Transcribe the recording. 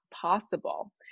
possible